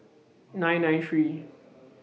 nine nine three